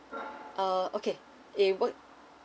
uh okay eh wait